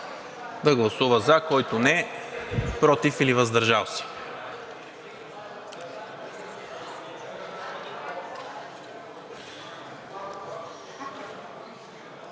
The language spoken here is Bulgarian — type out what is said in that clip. да гласува за, който не – против или въздържал се.